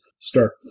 start